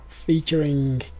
featuring